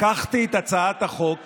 לקחתי את הצעת החוק